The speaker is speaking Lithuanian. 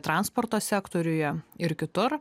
transporto sektoriuje ir kitur